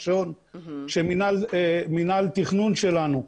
אבל בסוף אנחנו צריכים להתמודד עם נתונים.